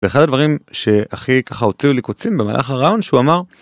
אחד הדברים שהכי ככה הוציאו לי קוצים במהלך הרעיון שהוא אמר.